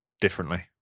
differently